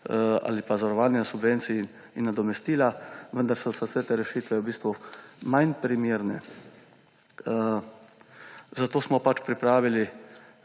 ali pa zavarovanja subvencij in nadomestila, vendar so vse te rešitve v bistvu manj primerne. Zato smo pripravili